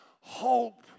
hope